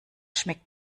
schmeckt